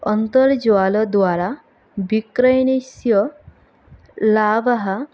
अन्तर्जालद्वारा विक्रयणस्य लाभः